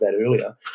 earlier